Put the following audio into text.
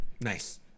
Nice